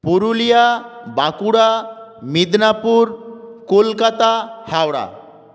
Purulia Bankura Medinipur Kolkata Howrah